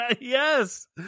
Yes